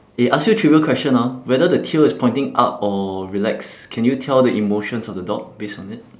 eh ask you trivial question ah whether the tail is pointing up or relaxed can you tell the emotions of the dog based on it